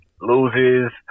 loses